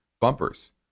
bumpers